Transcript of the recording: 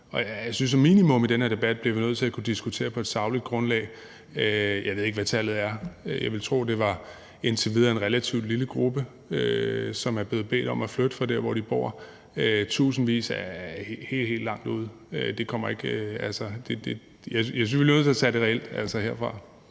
og jeg synes som minimum, at vi i den her debat bliver nødt til at kunne diskutere på et sagligt grundlag. Jeg ved ikke, hvad tallet er. Jeg vil tro, at det indtil videre er en relativt lille gruppe, som er blevet bedt om at flytte fra der, hvor de bor. Tusindvis er helt, helt langt ude. Jeg er selvfølgelig nødt til at tage det reelt, altså herfra.